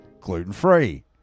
gluten-free